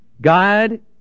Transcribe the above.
God